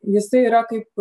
jisai yra kaip